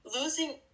losing